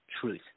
truth